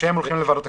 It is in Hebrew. שהולכים לוועדת הקלפי,